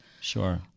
Sure